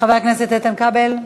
חבר הכנסת איתן כבל,